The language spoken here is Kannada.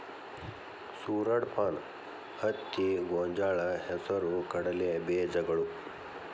ಸೂರಡಪಾನ, ಹತ್ತಿ, ಗೊಂಜಾಳ, ಹೆಸರು ಕಡಲೆ ಬೇಜಗಳು